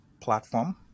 platform